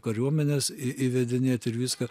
kariuomenes į įvedinėt ir viską